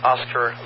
Oscar